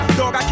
dog